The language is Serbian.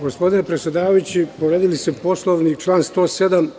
Gospodine predsedavajući, povredili ste Poslovnik član 107.